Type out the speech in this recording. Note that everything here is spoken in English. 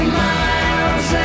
miles